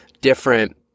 different